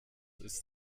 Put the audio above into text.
ist